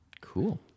Cool